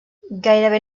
gairebé